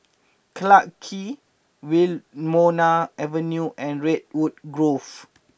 Clarke Quay Wilmonar Avenue and Redwood Grove